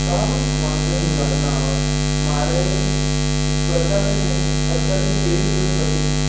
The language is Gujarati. સારું વાંધો નહીં હું રાતના આવીશ મારે સ્પર્ધા છે ને અત્યારથી ત્રેવીસ દિવસ પછી છે